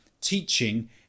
teaching